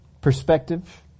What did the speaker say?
perspective